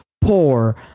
poor